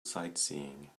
sightseeing